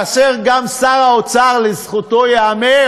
גם שר האוצר, לזכותו ייאמר